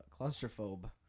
Claustrophobe